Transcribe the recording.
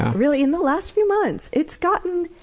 really! in the last few months it's gotten,